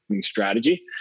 strategy